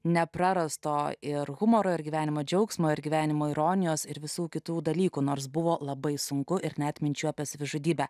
neprarasto ir humoro ir gyvenimo džiaugsmo ir gyvenimo ironijos ir visų kitų dalykų nors buvo labai sunku ir net minčių apie savižudybę